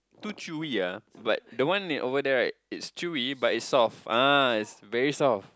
too chewy ah but the one over there right it's chewy but it's soft ah it's very soft